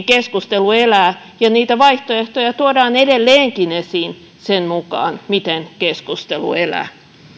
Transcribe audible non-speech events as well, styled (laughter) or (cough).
(unintelligible) keskustelu elää ja niitä vaihtoehtoja tuodaan edelleenkin esiin sen mukaan miten keskustelu elää